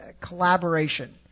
collaboration